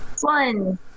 one